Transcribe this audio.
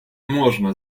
можна